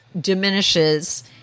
diminishes